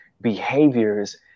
behaviors